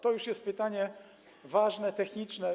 To już jest pytanie ważne, techniczne.